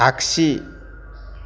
आख्सि